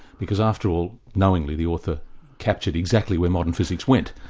because after all, knowingly the author captured exactly where modern physics went,